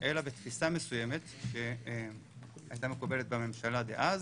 אלא בתפיסה מסוימת שהייתה מקובלת בממשלה דאז